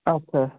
আচ্ছা